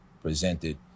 presented